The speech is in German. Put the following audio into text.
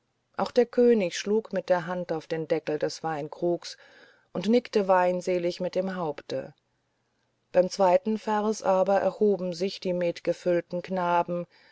auch der könig schlug mit der hand auf den deckel des weinkrugs und nickte weinselig mit dem haupte beim zweiten vers aber erhoben sich die metgefüllten knaben